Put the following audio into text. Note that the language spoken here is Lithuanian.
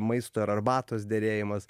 maisto ir arbatos derėjimas